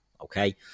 okay